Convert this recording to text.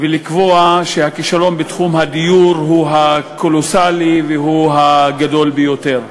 ולקבוע שהכישלון בתחום הדיור הוא הקולוסלי והוא הגדול ביותר.